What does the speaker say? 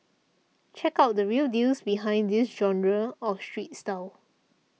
check out the 'real deals' behind this genre of street style